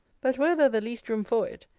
that were there the least room for it,